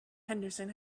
henderson